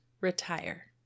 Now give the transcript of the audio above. retire